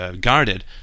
guarded